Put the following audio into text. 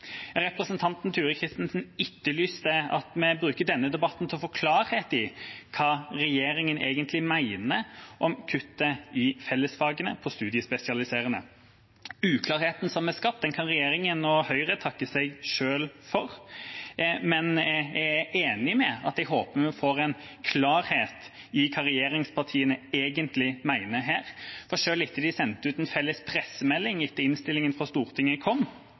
Representanten Turid Kristensen etterlyste det at vi bruker denne debatten til å få klarhet i hva regjeringa egentlig mener om kuttet i fellesfagene på studiespesialiserende. Uklarheten som er skapt, kan regjeringa og Høyre takke seg selv for, men jeg er enig i at jeg håper vi får en klarhet i hva regjeringspartiene egentlig mener her. For selv etter at de sendte ut en felles pressemelding etter at innstillinga fra Stortinget kom,